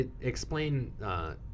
explain –